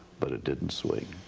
but it didn't swing.